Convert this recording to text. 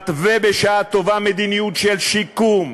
מתווה בשעה טובה מדיניות של שיקום,